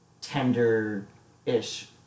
tender-ish